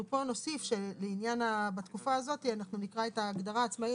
פה נוסיף שבתקופה הזאת נקרא את ההגדרה "עצמאי